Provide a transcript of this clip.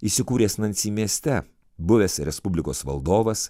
įsikūręs nansi mieste buvęs respublikos valdovas